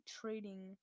trading